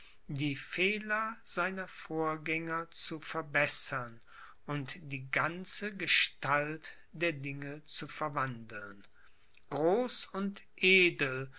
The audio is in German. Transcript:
die fehler seiner vorgänger zu verbessern und die ganze gestalt der dinge zu verwandeln groß und edel